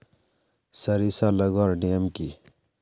सरिसा लगवार नियम की?